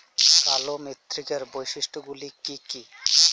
কালো মৃত্তিকার বৈশিষ্ট্য গুলি কি কি?